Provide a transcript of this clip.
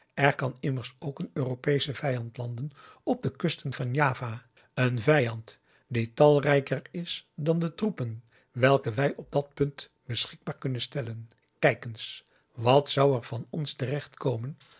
er kan immers ook een europeesche vijand landen op de kusten van java een vijand die talrijker is dan de troepen welke wij op dat punt p a daum de van der lindens c s onder ps maurits beschikbaar kunnen stellen kijk eens wat zou er van ons